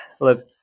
look